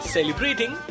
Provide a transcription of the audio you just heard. Celebrating